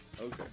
Okay